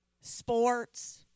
sports